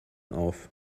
auf